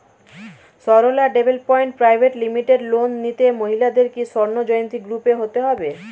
Sarala development private limited loan নিতে মহিলাদের কি স্বর্ণ জয়ন্তী গ্রুপে হতে হবে?